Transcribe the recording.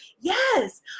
yes